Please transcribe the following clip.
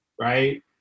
right